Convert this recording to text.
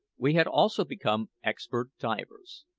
we had also become expert divers.